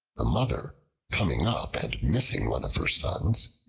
the mother coming up, and missing one of her sons,